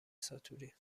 ساتوری